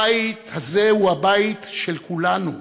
הבית הזה הוא הבית של כולנו.